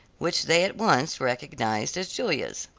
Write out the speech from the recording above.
which they at once recognized as julia's.